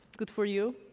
good for you.